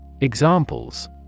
Examples